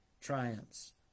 triumphs